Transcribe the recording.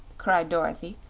cried dorothy,